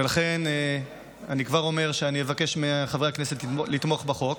ולכן אני כבר אומר שאני אבקש מחברי הכנסת לתמוך בחוק.